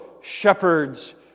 shepherds